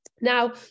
Now